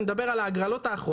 אני מדבר על ההגרלות האחרונות.